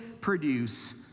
produce